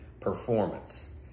performance